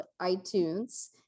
iTunes